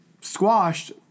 squashed